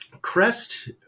Crest